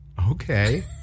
Okay